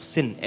Sin